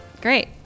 Great